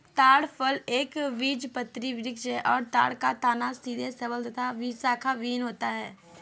ताड़ फल एक बीजपत्री वृक्ष है और ताड़ का तना सीधा सबल तथा शाखाविहिन होता है